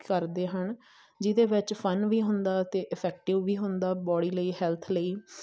ਕਰਦੇ ਹਨ ਜਿਹਦੇ ਵਿੱਚ ਫਨ ਵੀ ਹੁੰਦਾ ਅਤੇ ਇਫੈਕਟਿਵ ਵੀ ਹੁੰਦਾ ਬੋਡੀ ਲਈ ਹੈੱਲਥ ਲਈ